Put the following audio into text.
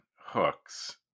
hooks